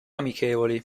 amichevoli